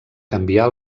canviar